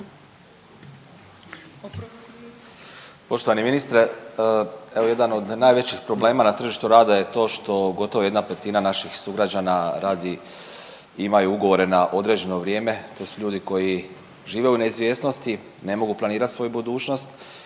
Poštovani ministre, evo jedan od najvećih problema na tržištu rada je to što gotovo jedna petina naših sugrađana radi, imaju ugovore na određeno vrijeme. To su ljudi koji žive u neizvjesnosti, ne mogu planirati svoju budućnost